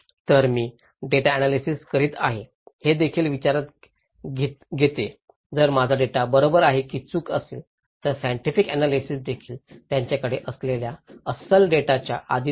तर मी data analysis करीत आहे हेदेखील विचारात घेते जर माझा डेटा बरोबर आहे की चूक असेल तर सायन्टिफिक अन्यालीसीस देखील त्यांच्याकडे असलेल्या अस्सल डेटाच्या अधीन आहे